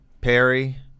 Perry